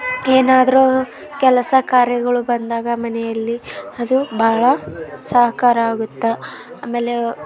ಏನಾದರೂ ಕೆಲಸ ಕಾರ್ಯಗಳು ಬಂದಾಗ ಮನೆಯಲ್ಲಿ ಅದು ಭಾಳ ಸಹಕಾರವಾಗುತ್ತೆ ಆಮೇಲೆ